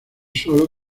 solo